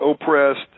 oppressed